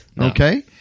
Okay